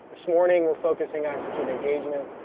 this morning, we're focusing on student engagement,